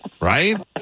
Right